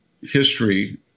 history